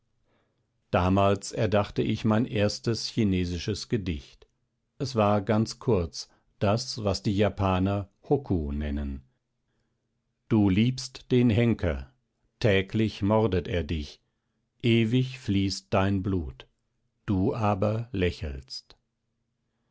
damals erdachte ich mein erstes chinesisches gedicht es war ganz kurz das was die japaner hokku nennen du liebst den henker täglich mordet er dich ewig fließt dein blut du aber lächelst